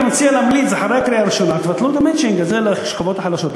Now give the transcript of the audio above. אני ממליץ שאחרי הקריאה הראשונה תבטלו את המצ'ינג הזה לשכבות החלשות,